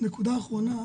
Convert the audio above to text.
נקודה אחרונה,